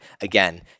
again